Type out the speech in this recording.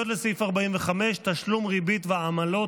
תשלום ריבית ועמלות,